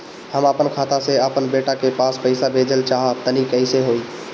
हम आपन खाता से आपन बेटा के पास पईसा भेजल चाह तानि कइसे होई?